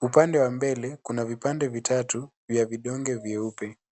Upande wa mbele kuna vipande vitatu vya vidonge vyeupe.